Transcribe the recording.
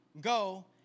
go